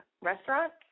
restaurant